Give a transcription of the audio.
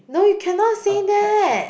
no you cannot say that